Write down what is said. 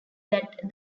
that